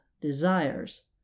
desires